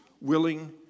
willing